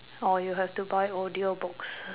or you have to buy audiobooks